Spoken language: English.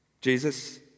Jesus